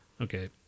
okay